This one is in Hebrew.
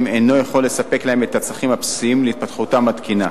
אינו יכול לספק להם את הצרכים הבסיסיים להתפתחותם התקינה.